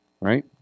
Right